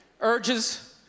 urges